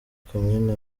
komini